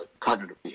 cognitive